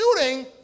shooting